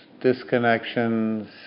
disconnections